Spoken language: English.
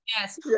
yes